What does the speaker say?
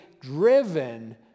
driven